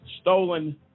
stolen